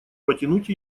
потянуть